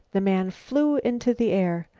the man flew into the air.